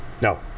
No